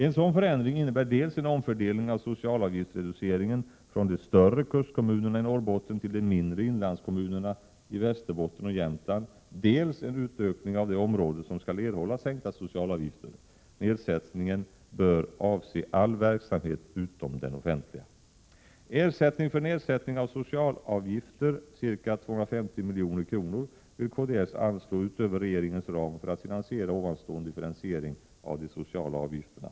En sådan förändring innebär dels en omfördelning av socialavgiftsreduceringen från de större kustkommunerna i Norrbotten till de mindre inlandskommunerna i Västerbotten och Jämtland, dels en utökning av det område som skall erhålla sänkta socialavgifter. Nedsättningen bör avse all verksamhet utom den offentliga. Ersättning för nedsättning av socialavgifter, ca 250 milj.kr., vill kds anslå utöver regeringens ram för att finansiera ovanstående differentiering av de sociala avgifterna.